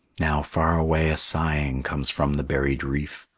now far away a sighing comes from the buried reef,